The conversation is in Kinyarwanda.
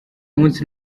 munsi